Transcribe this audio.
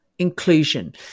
inclusion